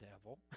devil